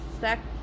second